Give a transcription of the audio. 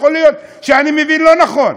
יכול להיות שאני מבין לא נכון.